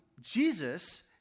Jesus